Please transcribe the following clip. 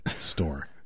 store